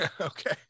Okay